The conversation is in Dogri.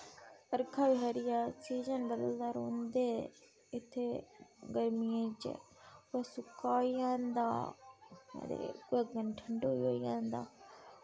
साढ़े इद्धर साढ़े जम्मू च साढ़े जम्मुऐ बस्सें च बहुत जादा रश रौंह्दा